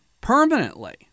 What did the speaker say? permanently